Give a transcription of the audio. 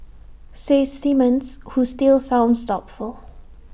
says Simmons who still sounds doubtful